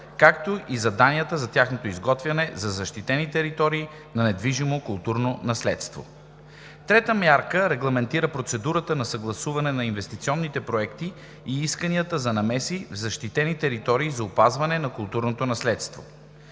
както и заданията за тяхното изготвяне за защитени територии на недвижимото културно наследство. Третата мярка регламентира процедурата на съгласуване на инвестиционни проекти и искания за намеси в защитени територии за опазване на културното наследство.